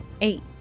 Eight